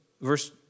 verse